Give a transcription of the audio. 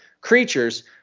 creatures